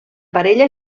parella